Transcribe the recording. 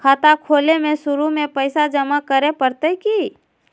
खाता खोले में शुरू में पैसो जमा करे पड़तई की?